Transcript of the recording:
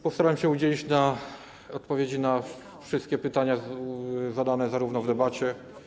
Postaram się udzielić odpowiedzi na wszystkie pytania zadane zarówno w debacie.